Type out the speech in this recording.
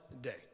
day